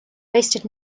wasted